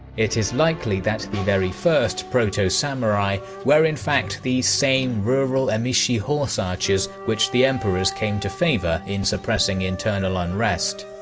it is likely that the very first proto-samurai were in fact these same rural emishi horse archers which the emperors came to favour in suppressing internal unrest.